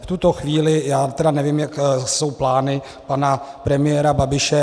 V tuto chvíli já tedy nevím, jaké jsou plány pana premiéra Babiše.